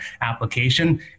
application